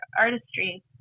artistry